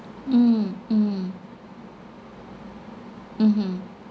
mm mm mmhmm